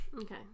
Okay